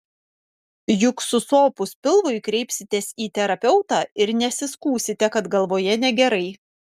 juk susopus pilvui kreipsitės į terapeutą ir nesiskųsite kad galvoje negerai